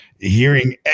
hearing